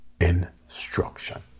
instruction